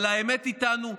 אבל האמת איתנו,